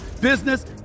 business